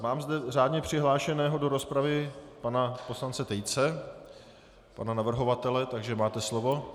Mám zde řádně přihlášeného do rozpravy pana poslance Tejce, pana navrhovatele, takže máte slovo.